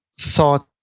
thought